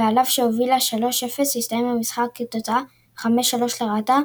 ועל אף שהובילה 3 - 0 הסתיים המשחק בתוצאה 3 - 5 לרעתה,